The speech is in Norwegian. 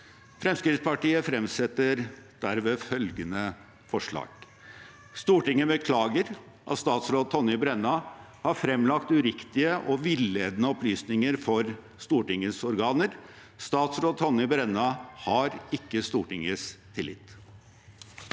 Fremskrittspartiet fremsetter derved følgende forslag: «Stortinget beklager at statsråd Tonje Brenna har fremlagt uriktige og villedende opplysninger for Stortingets organer. Statsråd Tonje Brenna har ikke Stortingets tillit.»